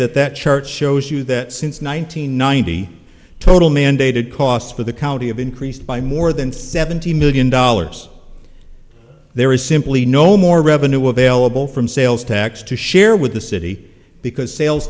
that that chart shows you that since one nine hundred ninety total mandated costs for the county of increased by more than seventy million dollars there is simply no more revenue available from sales tax to share with the city because sales